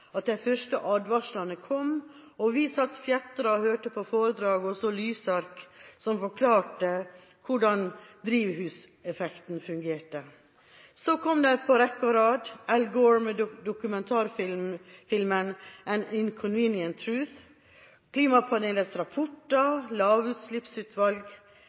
at de første advarslene kom og vi satt fjetret og hørte på foredrag og så lysark som forklarte hvordan drivhuseffekten fungerte. Så kom de på rekke og rad: Al Gore med dokumentarfilmen «An Inconvenient Truth», klimapanelets rapporter, lavutslippsutvalg her hjemme i Norge, osv. Det